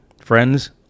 Friends